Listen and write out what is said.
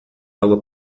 água